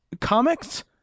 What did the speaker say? comics